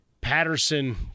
Patterson